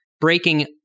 breaking